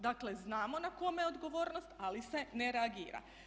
Dakle znamo na koje je odgovornost ali se ne reagira.